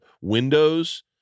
windows